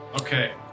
Okay